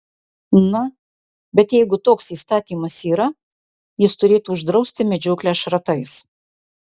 na bet jeigu toks įstatymas yra jis turėtų uždrausti medžioklę šratais